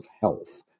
health